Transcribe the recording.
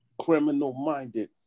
criminal-minded